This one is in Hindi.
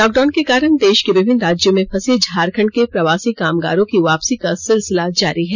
लॉकडाउन के कारण देष के विभिन्न राज्यों में फंसे झारखंड के प्रवासी कामगारों की वापसी का सिलसिला जारी है